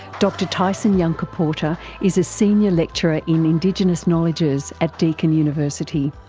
dr tyson yunkaporta is a senior lecturer in indigenous knowledges at deakin university.